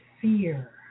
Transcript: Fear